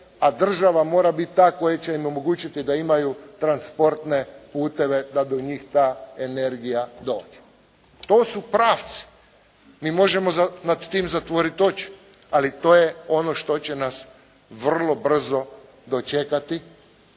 a država mora biti ta koja će im omogućiti da imaju transportne puteve da do njih ta energija dođe. To su pravci. Mi možemo nad tim zatvoriti oči, ali to je ono što će nas vrlo brzo dočekati